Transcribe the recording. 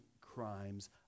crimes